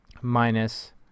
minus